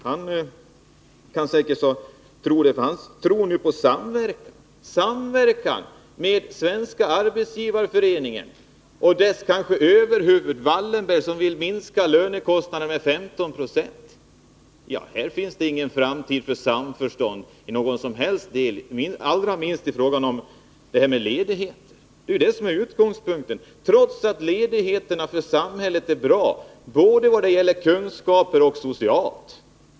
Pär Granstedt tror visst på samverkan — samverkan med Svenska arbetsgivareföreningen och dess överhuvud Wallenberg, som vill minska lönekostnaderna med 15 26. Men här finns ingen framtid för samförstånd, allra minst i fråga om ledighet. För samhället är ledigheterna bra både vad gäller kunskaper hos medborgarna och socialt sett.